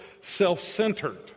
self-centered